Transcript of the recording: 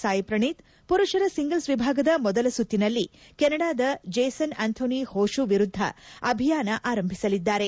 ಸಾಯ್ ಪ್ರಣೀತ್ ಪುರುಷರ ಸಿಂಗಲ್ವ್ ವಿಭಾಗದ ಮೊದಲ ಸುತ್ತಿನಲ್ಲಿ ಕೆನಡಾದ ಜೇಸನ್ ಅಂಥೋನಿ ಹೊಶು ವಿರುದ್ದ ಅಭಿಯಾನ ಆರಂಭಿಸಲಿದ್ದಾರೆ